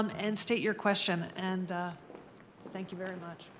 um and state your question. and thank you very much.